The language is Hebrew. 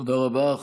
תודה רבה.